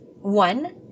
One